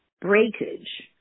breakage